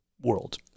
world